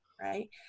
right